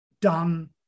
done